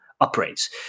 operates